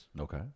Okay